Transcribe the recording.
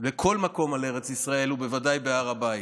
בכל מקום על ארץ ישראל, ובוודאי בהר הבית.